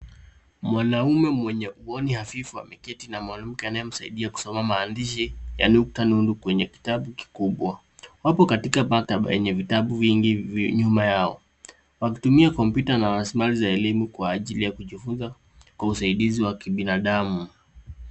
Mwanaume mwenye uoni hafifu ameketi na mwanamke anayemsaidia kusoma maandishi ya nukta nundu kwenye kitabu kikubwa. Wako katika maktaba yenye vitabu vingi nyuma yao wakitumia komputa na raslimali za elimu kwa ajili ya kujifunza kwa usaidizi wa kibinadamu.